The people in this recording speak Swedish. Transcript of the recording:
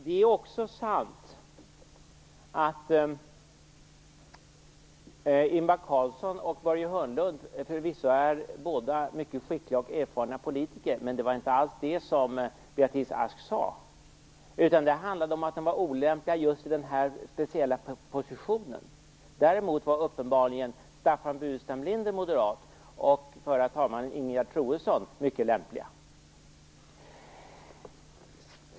Det är också sant att Ingvar Carlsson och Börje Hörnlund förvisso båda är mycket skickliga och erfarna politiker, men det var inte alls det som Beatrice Ask sade, utan det handlade om att de var olämpliga i just denna speciella position. Däremot var uppenbarligen Staffan Burenstam Linder och förra talmannen Ingegerd Troedsson, båda moderater, mycket lämpliga.